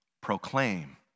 proclaim